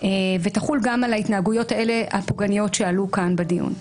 ותחול גם על ההתנהגויות הפוגעניות האלה שעלו כאן בדיון.